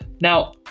Now